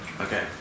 Okay